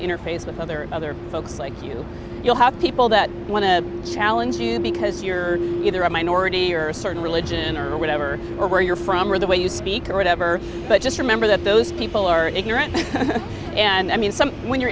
interface with other other folks like you you'll have people that want to challenge you because you're either a minority or a certain religion or whatever or where you're from or the way you speak or whatever but just remember that those people are ignorant and i mean some when you're